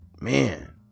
man